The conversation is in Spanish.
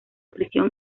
prisión